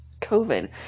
COVID